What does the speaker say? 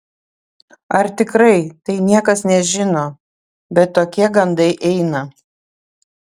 ar tikrai tai niekas nežino bet tokie gandai eina